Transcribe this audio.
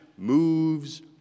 moves